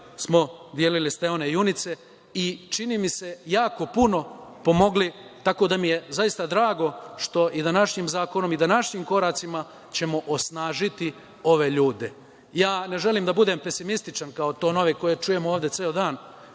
smo delili steone junice i čini mi se da smo jako puno pomogli. Tako da mi je zaista drago što našim zakonom i da našim koracima ćemo osnažiti ove ljude. Ja ne želim da budem pesimističan, kao tonovi koje ovde čujem ceo dan.